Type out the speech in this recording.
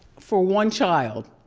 for one child,